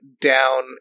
down